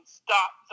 stop